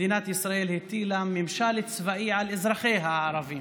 מדינת ישראל הטילה ממשל צבאי על אזרחיה הערבים.